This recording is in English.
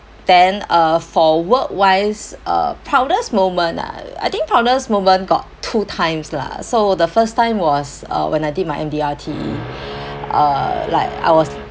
then uh for work wise uh proudest moment uh I think proudest moment got two times lah so the first time was uh when I did my M_D_R_T uh like I was